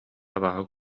абааһы